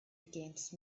against